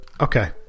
Okay